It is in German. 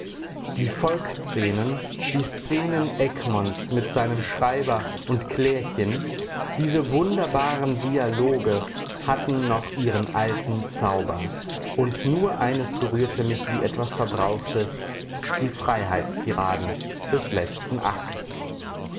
die volksszenen die szenen egmonts mit seinem schreiber und klärchen diese wunderbaren dialoge hatten noch ihren alten zauber und nur eines berührte mich wie etwas verbrauchtes die freiheitstiraden des letzten akts